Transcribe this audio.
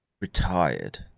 retired